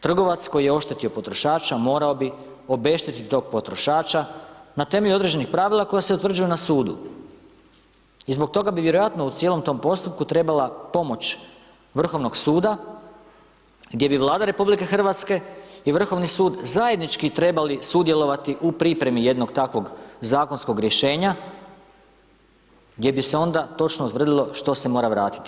Trgovac koji je oštetio potrošača morao bi obeštetiti tog potrošača na temelju određenih pravila koja se utvrđuju na sudu i zbog toga bi vjerojatno u cijelom tom postupku trebala pomoć Vrhovnog suda gdje bi Vlada RH i Vrhovni sud zajednički trebali sudjelovati u pripremi jednog takvog zakonskog rješenja gdje bi se onda utvrdilo što se mora vratiti.